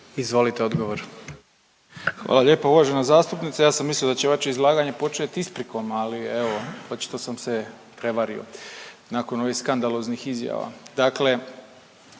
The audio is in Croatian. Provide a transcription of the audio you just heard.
Ivan (HDZ)** Hvala lijepa uvažena zastupnice, ja sam mislio da će vaše izlaganje početi isprikom ali evo očito sam se prevario nakon ovih skandaloznih izjava. Dakle,